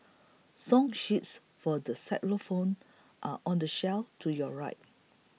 song sheets for the xylophones are on the shelf to your right